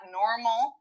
normal